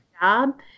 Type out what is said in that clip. job